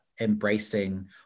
embracing